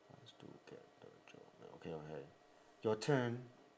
do get the job well okay okay your turn